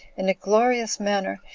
in a glorious manner,